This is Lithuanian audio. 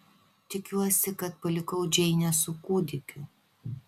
tikiuosi kad palikau džeinę su kūdikiu